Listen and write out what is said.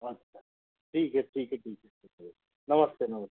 अच्छा ठीक है ठीक है ठीक है नमस्ते नमस्ते